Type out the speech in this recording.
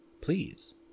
please